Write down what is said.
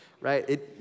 right